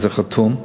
זה חתום.